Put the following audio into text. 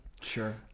sure